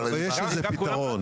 אבל יש פתרון,